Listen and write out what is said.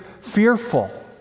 fearful